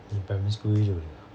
你 primary school 一六零啊